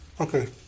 Okay